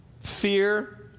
fear